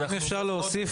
אם אפשר להוסיף,